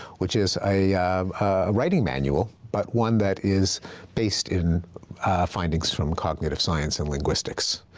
which is a ah writing manual but one that is based in findings from cognitive science and linguistics.